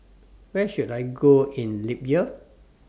Where should I Go in Libya